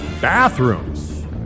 bathrooms